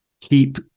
keep